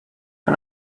her